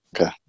Okay